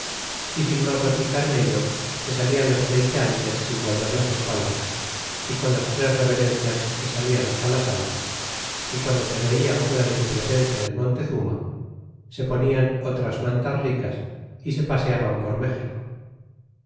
y sin mas replicar en ello se satian los pleiteantes sin volver las espaldas y con las tres reverencias se salian hasta la sala y guando se vejan fuera de su presencia del montezuma se ponían otras mantas ricas y se paseaban por méxico